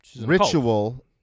ritual